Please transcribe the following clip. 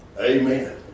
Amen